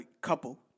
couple